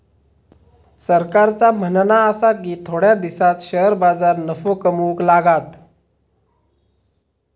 सरकारचा म्हणणा आसा की थोड्या दिसांत शेअर बाजार नफो कमवूक लागात